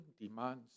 demands